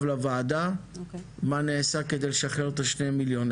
לוועדה מה נשה כדי לשחרר את שני המיליון.